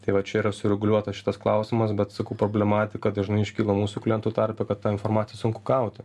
tai va čia yra sureguliuotas šitas klausimas bet sakau problematika dažnai iškyla mūsų klientų tarpe kad tą informaciją sunku gauti